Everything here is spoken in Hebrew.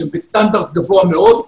שבסטנדרט גבוה מאוד,